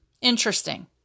interesting